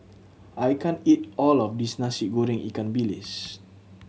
I can't eat all of this Nasi Goreng ikan bilis